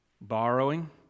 borrowing